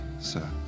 sir